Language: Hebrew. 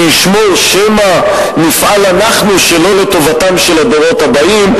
שישמור שמא נפעל אנחנו שלא לטובתם של הדורות הבאים,